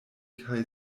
kaj